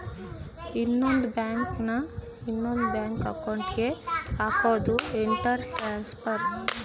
ಇನ್ನೊಂದ್ ಬ್ಯಾಂಕ್ ನ ಇನೊಂದ್ ಅಕೌಂಟ್ ಗೆ ಹಕೋದು ಇಂಟರ್ ಟ್ರಾನ್ಸ್ಫರ್